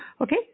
Okay